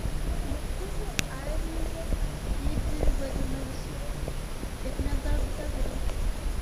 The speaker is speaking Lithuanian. lietuvį airijoje didvyriu vadina visi tik ne darbdaviai